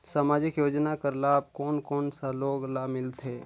समाजिक योजना कर लाभ कोन कोन सा लोग ला मिलथे?